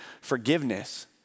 forgiveness